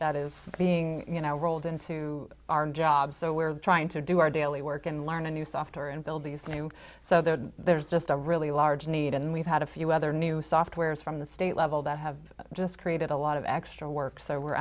that is being rolled into our jobs so we're trying to do our daily work and learn a new software and build these new so the there's just a really large need and we've had a few other new softwares from the state level that have just created a lot of extra work so we're